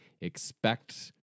expect